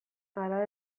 hala